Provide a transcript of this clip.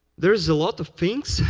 there's a lot of things,